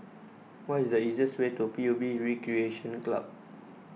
what is the easiest way to P U B Recreation Club